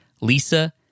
Lisa